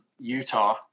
Utah